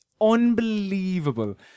unbelievable